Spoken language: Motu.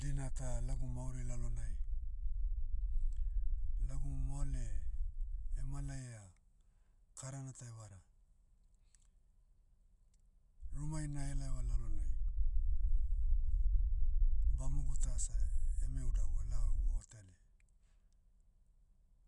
Dina ta lagu mauri lalonai, lagu moale, emalaia, karana ta evara. Rumai na helaiva lalonai, bamogu ta seh eme udagu elaohagu hotele.